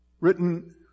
Written